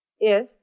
Yes